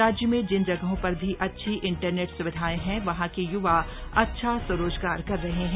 राज्य में जिन जगहों पर भी अच्छी इंटरनेट स्विधाएं हैं वहां के युवा अच्छा स्वरोजगार कर रहे हैं